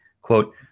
Quote